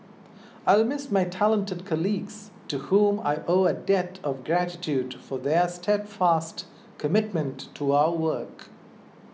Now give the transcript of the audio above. I'll miss my talented colleagues to whom I owe a debt of gratitude for their steadfast commitment to our work